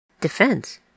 defense